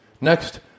Next